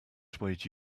swayed